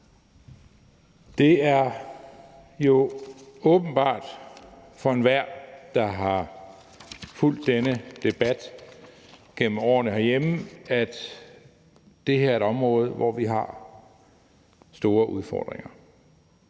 Det er jo åbenbart for enhver, der har fulgt denne debat gennem årene herhjemme, at det her er et område, hvor vi har store udfordringer.